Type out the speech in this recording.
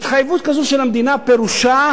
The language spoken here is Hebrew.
התחייבות כזו של המדינה פירושה